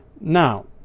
Now